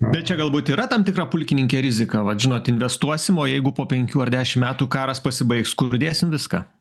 bet čia galbūt yra tam tikra pulkininke rizika vat žinot investuosim o jeigu po penkių ar dešim metų karas pasibaigs kur dėsim viską